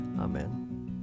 Amen